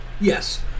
Yes